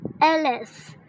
Alice